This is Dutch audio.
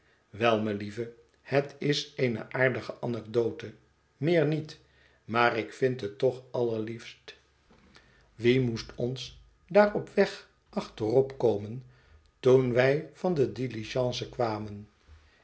wel melieve het is eene aardige anekdote meer niet maar ik vind het toch allerliefst wie moest ons daar op weg achterop komen toen wij van de diligence kwamen